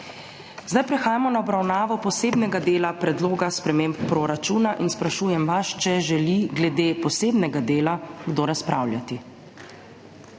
Prehajamo na obravnavo posebnega dela predloga sprememb proračuna. Sprašujem vas, ali želi glede posebnega dela kdo razpravljati.